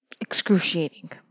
excruciating